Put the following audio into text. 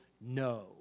no